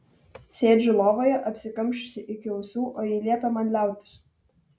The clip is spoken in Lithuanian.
sėdžiu lovoje apsikamšiusi iki ausų o ji liepia man liautis